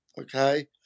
Okay